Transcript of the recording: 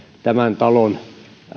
tämän talon